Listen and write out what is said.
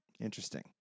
Interesting